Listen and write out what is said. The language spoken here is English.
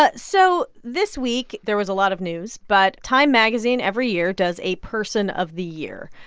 but so this week, there was a lot of news. but time magazine every year does a person of the year.